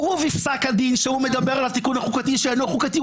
הוא בפסק הדין כשהוא מדבר על התיקון החוקתי שאינו חוקתי,